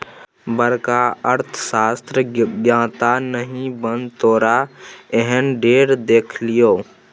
बड़का अर्थशास्त्रक ज्ञाता नहि बन तोरा एहन ढेर देखलियौ